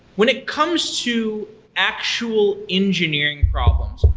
when it comes to actual engineering problems,